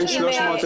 בדיוק.